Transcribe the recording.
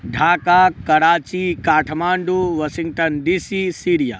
Dhaka Karachi Kathmandu Washington DC Syria